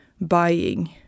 buying